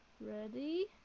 ready